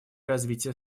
развития